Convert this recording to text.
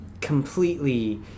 completely